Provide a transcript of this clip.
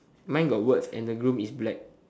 mine got words and the groom is black